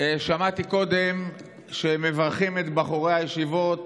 שמעתי קודם שמברכים את בחורי הישיבות